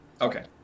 Okay